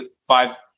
five